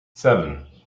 seven